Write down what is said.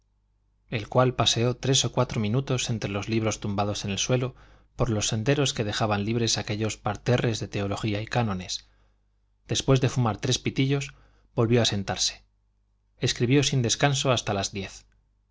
el cual paseó tres o cuatro minutos entre los libros tumbados en el suelo por los senderos que dejaban libres aquellos parterres de teología y cánones después de fumar tres pitillos volvió a sentarse escribió sin descanso hasta las diez